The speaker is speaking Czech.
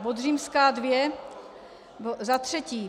Bod římská dvě za třetí.